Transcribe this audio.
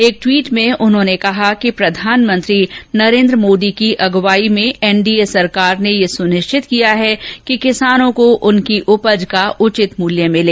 एक ट्वीट में उन्होंने कहा कि प्रधानमंत्री नरेन्द्र मोदी की अगुवाई में एनडीए सरकार ने यह सुनिश्चित किया है कि किसानों को उनकी उपज का उचित मूल्य मिले